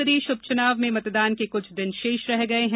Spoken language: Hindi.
मध्य प्रदेश उपचुनाव में मतदान के कुछ दिन शेष रह गए हैं